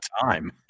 time